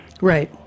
Right